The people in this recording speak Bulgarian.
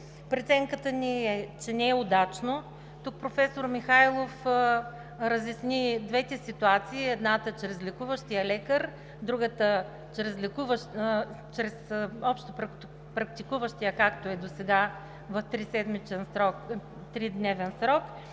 Преценката ни е, че не е удачно. Тук професор Михайлов разясни двете ситуации – едната чрез лекуващия лекар, другата чрез общопрактикуващия, както е досега, в тридневен срок,